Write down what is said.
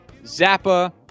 Zappa